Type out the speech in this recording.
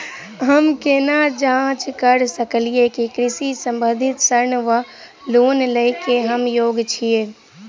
हम केना जाँच करऽ सकलिये की कृषि संबंधी ऋण वा लोन लय केँ हम योग्य छीयै?